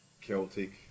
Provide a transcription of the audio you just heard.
Celtic